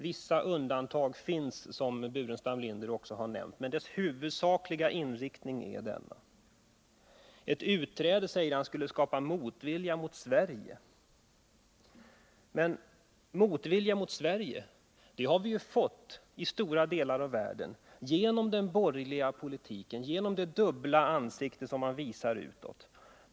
— Vissa undantag finns, som herr Burenstam Linder också har nämnt, men den huvudsakliga inriktningen är denna. Ett utträde, säger han, skulle skapa motvilja mot Sverige. Men motvilja mot Sverige har vi ju fått erfara i stora delar av världen på grund av den borgerliga politiken och det dubbla ansikte som man visar utåt.